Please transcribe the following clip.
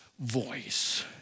voice